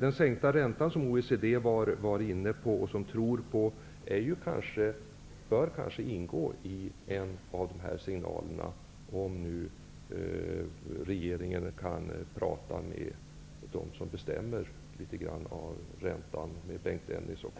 Den sänkta räntan, som OECD tror på, bör kanske ingå i de här signalerna, om regeringen kan få ett samtal med Bengt Dennis och